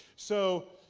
so,